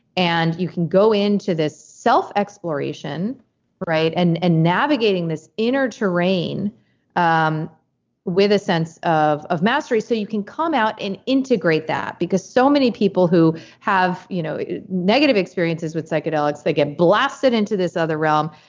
and you can go into this self-exploration and and navigating this inner terrain um with a sense of of mastery. so you can come out and integrate that. because so many people who have you know negative experiences with psychedelics, they get blasted into this other realm,